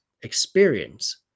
experience